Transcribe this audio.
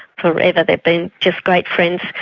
forever they've been just great friends.